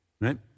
right